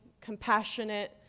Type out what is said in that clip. compassionate